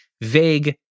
vague